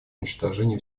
уничтожения